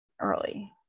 early